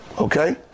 Okay